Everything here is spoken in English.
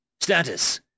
Status